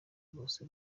bose